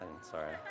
Sorry